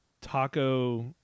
taco